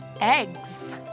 eggs